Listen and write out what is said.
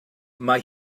mae